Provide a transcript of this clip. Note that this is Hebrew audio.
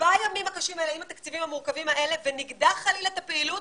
עם התקציבים המורכבים האלה ונגדע חלילה את הפעילות,